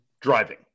driving